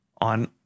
on